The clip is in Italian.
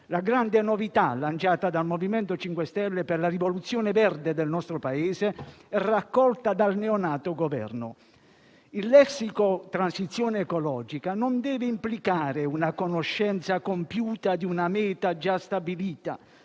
la grande novità lanciata dal MoVimento 5 Stelle per la rivoluzione verde del nostro Paese e raccolta dal neonato Governo. Il lessico della transizione ecologica non deve implicare una conoscenza compiuta di una meta già stabilita;